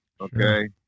Okay